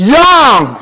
young